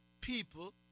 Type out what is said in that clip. people